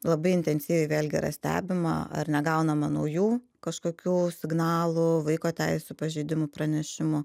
labai intensyviai vėlgi yra stebima ar negaunama naujų kažkokių signalų vaiko teisių pažeidimų pranešimų